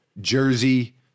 jersey